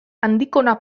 andikona